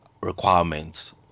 requirements